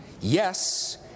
Yes